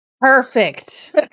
Perfect